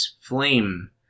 flame